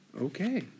Okay